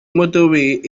motorway